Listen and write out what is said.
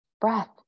breath